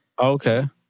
Okay